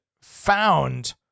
found